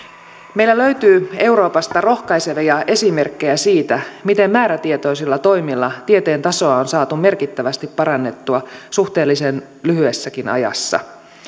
meillä löytyy euroopasta rohkaisevia esimerkkejä siitä miten määrätietoisilla toimilla tieteen tasoa on saatu merkittävästi parannettua suhteellisen lyhyessäkin ajassa